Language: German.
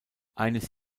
eines